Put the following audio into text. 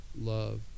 love